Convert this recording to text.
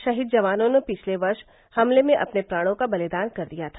शहीद जवानों ने पिछले वर्ष हमले में अपने प्राणों का बलिदान कर दिया था